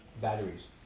batteries